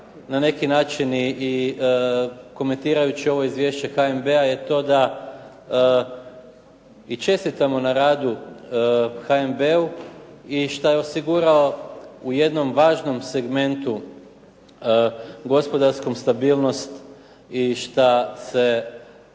na neki način i komentirajući ovo izvješće HNB-a je to da i čestitamo na radu HNB-u i što je osigurao u jednom važnom segmentu gospodarsku stabilnost i šta se